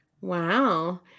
wow